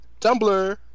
Tumblr